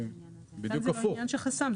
זה לא עניין של חסם.